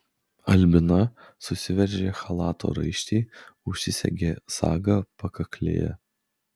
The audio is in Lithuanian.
albina susiveržė chalato raištį užsisegė sagą pakaklėje